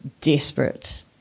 desperate